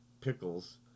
Pickles